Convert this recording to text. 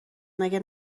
مگه